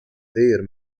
their